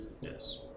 Yes